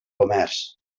comerç